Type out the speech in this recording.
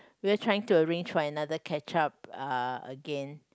we were trying to arrange for another catch up uh again